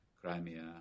Crimea